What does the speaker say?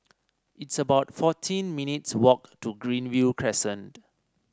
it's about fourteen minutes' walk to Greenview Crescent